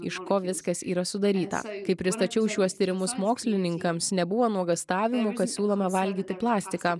iš ko viskas yra sudaryta kai pristačiau šiuos tyrimus mokslininkams nebuvo nuogąstavimų kad siūlome valgyti plastiką